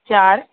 ॿ